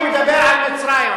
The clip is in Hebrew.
אני מדבר על מצרים,